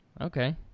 Okay